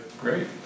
Great